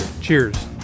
cheers